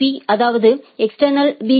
பீ அதாவது external B